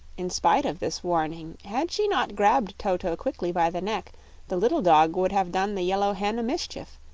in spite of this warning had she not grabbed toto quickly by the neck the little dog would have done the yellow hen a mischief,